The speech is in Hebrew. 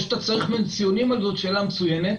אתה לא צריך ממני ציונים, אבל זאת שאלה מצוינת.